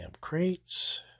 crates